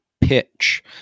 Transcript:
pitch